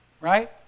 Right